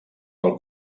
pel